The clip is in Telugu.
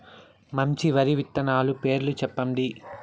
మంచి వరి విత్తనాలు పేర్లు చెప్పండి?